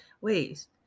ways